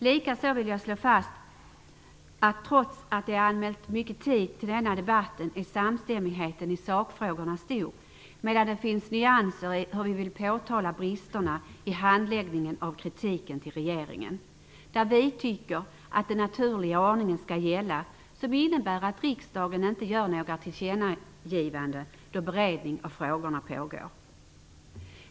Likaså vill jag slå fast att samstämmigheten, trots att många anmält sig till debatten, i sakfrågorna är stor, medan det finns nyanser i hur vi påtalar bristerna i handläggningen för regeringen. Vi tycker att den naturliga ordningen skall gälla, dvs. att riksdagen inte gör några tillkännagivanden då beredning av frågorna pågår.